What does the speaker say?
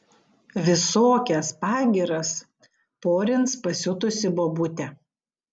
visokias pagyras porins pasiutusi bobutė